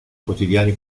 quotidiani